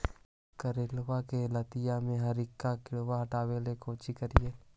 करेलबा के लतिया में हरका किड़बा के हटाबेला कोची करिए?